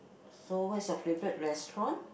so what is your favourite restaurant